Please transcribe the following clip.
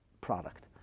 product